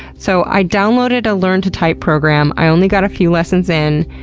so i downloaded a learn to type program, i only got a few lessons in,